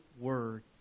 word